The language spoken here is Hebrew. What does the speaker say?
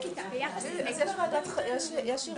כל הקופות בכל הקשור של מחלקה ראשונה עם מכונים להתפתחות הילד.